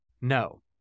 No